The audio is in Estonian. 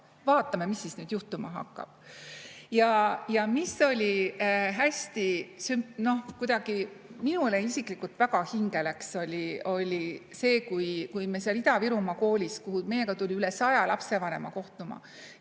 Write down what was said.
vaatame, mis nüüd juhtuma hakkab. Ja mis oli hästi sümpaatne, mis kuidagi minule isiklikult väga hinge läks, oli see, et seal Ida-Virumaa koolis, kuhu meiega tuli üle 100 lapsevanema kohtuma,